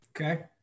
Okay